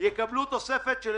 יצהיר שהסיעה שלו מצטרפת.